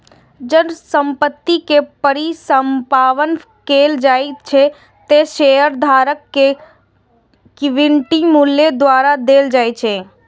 जब संपत्ति के परिसमापन कैल जाइ छै, ते शेयरधारक कें इक्विटी मूल्य घुरा देल जाइ छै